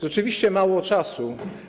Rzeczywiście mało czasu.